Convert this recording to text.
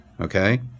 okay